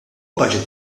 baġit